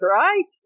right